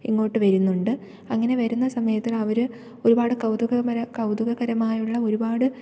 ഇങ്ങോട്ട് വരുന്നുണ്ട് അങ്ങനെ വരുന്ന സമയത് അവര് ഒരുപാട് കൗതുകപര കൗതുകപരമായയുള്ള ഒരുപാട്